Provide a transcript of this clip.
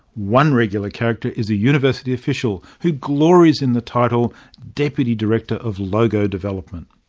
one regular character is a university official who glories in the title deputy director of logo development.